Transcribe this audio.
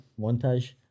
montage